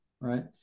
right